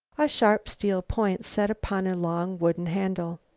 a sharp steel point set upon a long wooden handle.